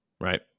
Right